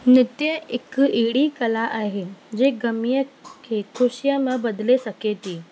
नित्य हिकु अहिड़ी कला आहे जे ग़मीअ खे ख़ुशीअ में बदिले सघे थी